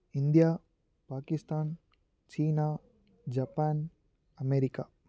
India Pakistan சீனா Japan America